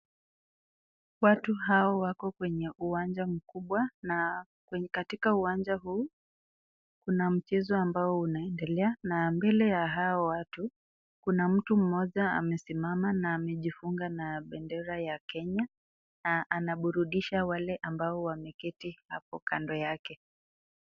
Watu hawa wako kwenye uwanja mkubwa na katika uwanja huu kuna mchezo ambao unaendelea na mbele ya hawa watu kuna mtu mmoja amesimama na amejifunga na bendera ya Kenya na anaburudisha wale ambao wameketi hapo kando yake.